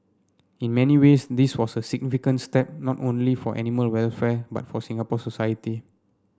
in many ways this was a significant step not only for animal welfare but for Singapore society